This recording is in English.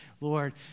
Lord